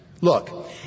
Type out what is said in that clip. Look